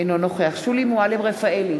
אינו נוכח שולי מועלם-רפאלי,